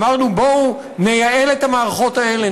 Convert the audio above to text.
אמרנו: בואו נייעל את המערכות האלה,